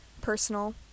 personal